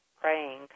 praying